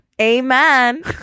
Amen